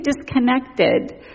disconnected